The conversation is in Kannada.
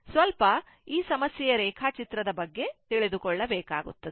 ಸ್ವಲ್ಪ ಈ ಸಮಸ್ಯೆಯ ರೇಖಾಚಿತ್ರದ ಬಗ್ಗೆ ತಿಳಿದುಕೊಳ್ಳಬೇಕಾಗುತ್ತದೆ